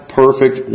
perfect